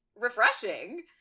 refreshing